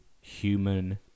human